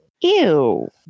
Ew